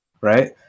right